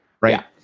right